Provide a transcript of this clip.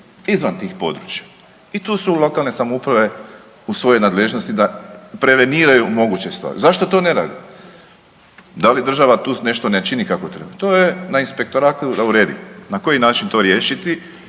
izvan tih područja. I tu su lokalne samouprave u svojoj nadležnosti da preveniraju u moguće stvari. Zašto to ne rade? Da li država tu nešto ne čini kako treba? To je na inspektoratu da uredi, na koji način to riješiti